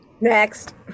next